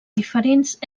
diferents